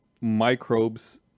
microbes